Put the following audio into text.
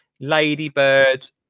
ladybirds